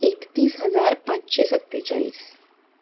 एकतीस हजार पांचशें सत्तेचाळीस